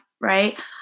right